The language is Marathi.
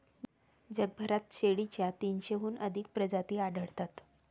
जगभरात शेळीच्या तीनशेहून अधिक प्रजाती आढळतात